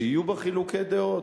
שיהיו בה חילוקי דעות,